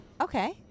Okay